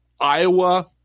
Iowa